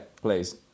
please